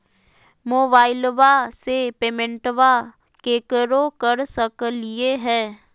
मोबाइलबा से पेमेंटबा केकरो कर सकलिए है?